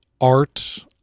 art